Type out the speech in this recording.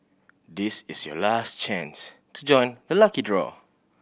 this is your last chance to join the lucky draw